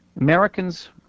Americans